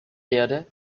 erde